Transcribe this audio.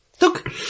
Look